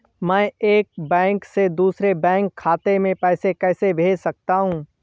मैं एक बैंक से दूसरे बैंक खाते में पैसे कैसे भेज सकता हूँ?